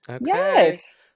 Yes